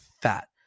fat